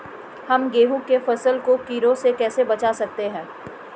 हम गेहूँ की फसल को कीड़ों से कैसे बचा सकते हैं?